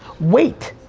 wait,